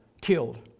killed